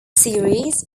series